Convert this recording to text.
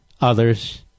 others